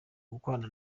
gukorana